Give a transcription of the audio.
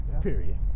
Period